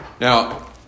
Now